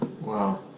Wow